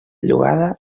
llogada